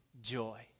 joy